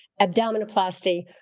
abdominoplasty